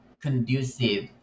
conducive